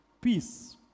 Peace